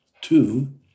Two